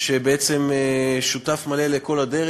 שהוא בעצם שותף מלא לכל הדרך,